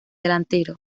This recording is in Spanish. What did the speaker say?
delantero